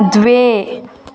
द्वे